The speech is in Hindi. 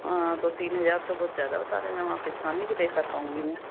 हाँ तो तीन हजार तो बहुत ज़्यादा बता रही हैं मैम इतना नहीं पे कर पाऊँगी मैं